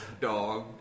dog